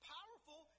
Powerful